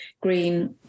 green